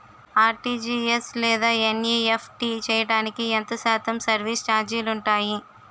RTGS లేదా NEFT చేయడానికి ఎంత శాతం సర్విస్ ఛార్జీలు ఉంటాయి?